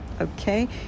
okay